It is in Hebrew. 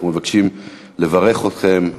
אנחנו מבקשים לברך אתכם.